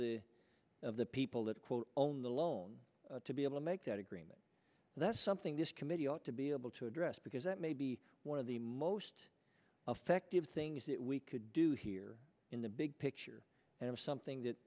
the of the people that quote own the loan to be able to make that agreement that's something this committee ought to be able to address because that may be one of the most affective things that we could do here in the big picture and is something that